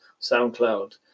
SoundCloud